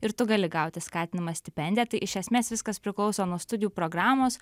ir tu gali gauti skatinimąją stipendiją tai iš esmės viskas priklauso nuo studijų programos